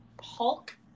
Hulk